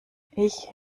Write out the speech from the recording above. ich